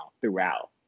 throughout